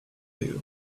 two